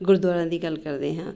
ਗੁਰਦੁਆਰਿਆਂ ਦੀ ਗੱਲ ਕਰਦੇ ਹਾਂ